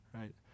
right